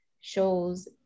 shows